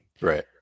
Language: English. right